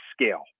scale